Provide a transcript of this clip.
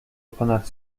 ponad